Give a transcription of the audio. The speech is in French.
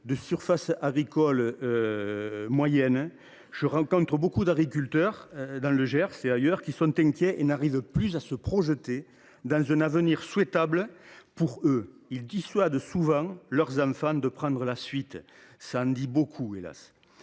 de surface agricole utilisée (SAU) moyenne ? Je rencontre de nombreux agriculteurs, dans le Gers et ailleurs, qui sont inquiets et n’arrivent plus à se projeter dans un avenir souhaitable pour eux. Ils dissuadent souvent leurs enfants de prendre leur suite… Cela, hélas